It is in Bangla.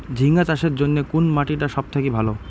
ঝিঙ্গা চাষের জইন্যে কুন মাটি টা সব থাকি ভালো?